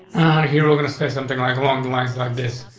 here, we're gonna say something like along the lines like this.